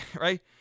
right